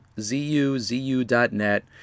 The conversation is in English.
Z-U-Z-U.net